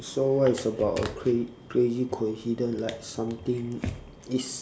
so what is about a cra~ crazy coincidence like something it's